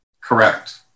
Correct